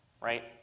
right